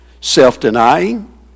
self-denying